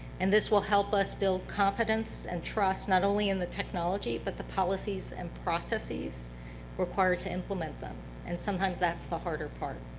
and this will help us build confidence and trust, not only in the technology, but the policies and processes required to implement them. and sometimes that's the harder part.